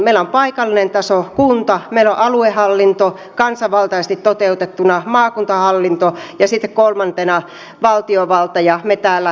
meillä on paikallinen taso kunta meillä on aluehallinto kansanvaltaisesti toteutettuna maakuntahallinto ja sitten kolmantena valtiovalta ja me täällä eduskunnassa